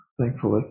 thankfully